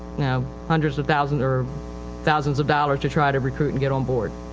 know, hundreds of thousands or thousands of dollars to try to recruit and get on board.